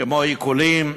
כמו עיקולים,